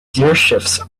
gearshifts